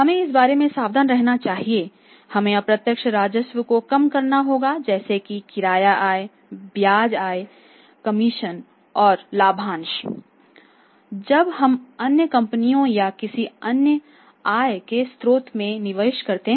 हमें इस बारे में सावधान रहना चाहिए हमें अप्रत्यक्ष राजस्व को कम करना होगा जैसे कि किराया आय ब्याज आय कमीशन और लाभांश जब हमअन्य कंपनियों या किसी अन्य आय के स्रोत में निवेश करते है